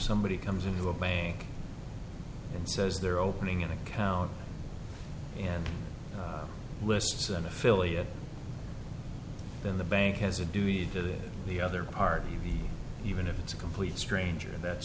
somebody comes into a bank and says they're opening an account and lists an affiliate then the bank has a duty to the other party even if it's a complete stranger and that's